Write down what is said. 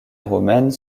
romaines